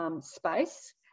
space